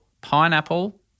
pineapple